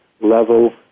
level